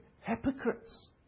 hypocrites